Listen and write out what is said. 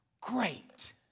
great